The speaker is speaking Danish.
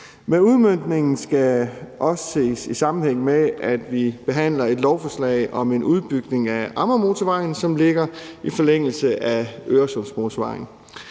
Men udmøntningen skal også ses i sammenhæng med behandlingen af et lovforslag om en udbygning af Amagermotorvejen, som ligger i forlængelse af Øresundsmotorvejen.